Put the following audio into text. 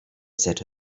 set